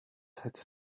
had